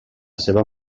seva